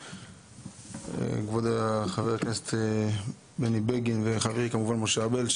כבוד חבר הכנסת בני בגין וחברי משה ארבל.